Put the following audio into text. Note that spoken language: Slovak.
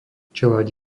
čeľaď